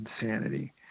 insanity